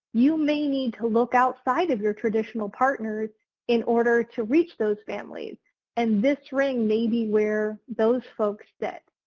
you may need to look outside of your traditional partners in order to reach those families and this ring may be where those folks sit.